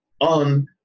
on